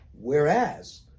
Whereas